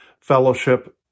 fellowship